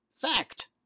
fact